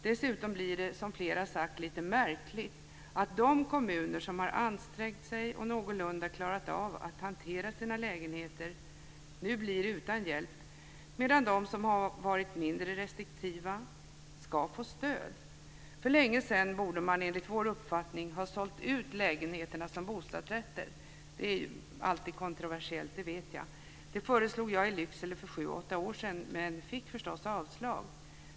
Dessutom blir det - som flera här har sagt - lite märkligt att de kommuner som har ansträngt sig och någorlunda klarat av att hantera sina lägenheter nu blir utan hjälp, medan de som har varit mindre restriktiva ska få stöd. Man borde för länge sedan ha sålt ut lägenheterna som bostadsrätter, enligt vår uppfattning, men jag vet att det är kontroversiellt. Det föreslog jag i Lycksele för sju åtta år sedan, men jag fick förstås avslag.